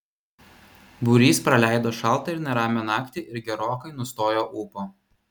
būrys praleido šaltą ir neramią naktį ir gerokai nustojo ūpo